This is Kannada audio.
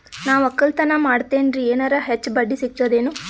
ನಾ ಒಕ್ಕಲತನ ಮಾಡತೆನ್ರಿ ಎನೆರ ಹೆಚ್ಚ ಬಡ್ಡಿ ಸಿಗತದೇನು?